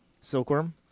Silkworm